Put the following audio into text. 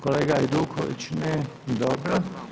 Kolega Hajduković, ne, dobro.